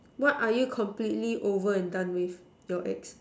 what are you completely and over done with your ex